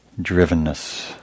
drivenness